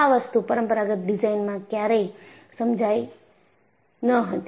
આ વસ્તુ પરમપરાગત ડિઝાઇનમાં ક્યારેય સમજાઈ ન હતી